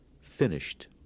finished